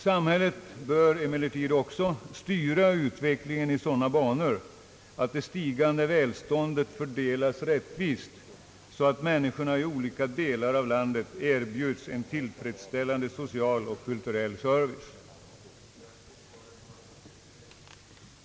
Samhället bör emellertid också styra utvecklingen i sådana banor att det stigande välståndet fördelas rättvist så att människorna i olika delar av landet erbjuds en tillfredsställande social och kulturell service.